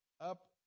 up